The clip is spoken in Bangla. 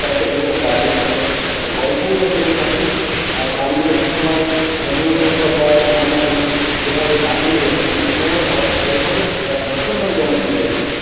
তার পরে যেরকম ডায়লগ ছিল গল্পও সেরকম থাকে আর গানগুলো সে সময় হেমন্ত মুখোপাধ্যায় মান্না দে যেভাবে গান গেয়ে গিয়েছেন এই সিনেমাগুলো এইভাবে ভীষণভাবে জনপ্রিয় হয়ে গিয়েছিল